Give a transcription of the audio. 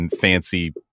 fancy